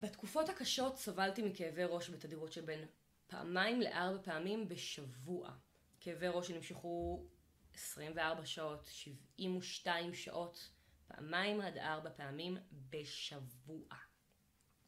בתקופות הקשות סבלתי מכאבי ראש בתדירות של בין פעמיים לארבע פעמים בשבוע. כאבי ראש שנמשכו 24 שעות, 72 שעות, פעמיים עד ארבע פעמים בשבוע.